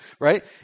right